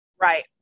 Right